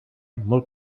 molt